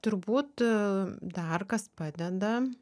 turbūt dar kas padeda